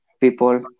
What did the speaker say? people